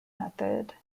method